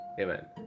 Amen